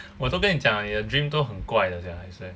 我都跟你讲了你的 dream 都很怪的 sia I swear